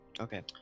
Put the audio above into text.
Okay